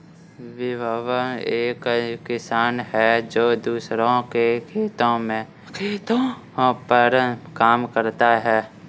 विभव एक किसान है जो दूसरों के खेतो पर काम करता है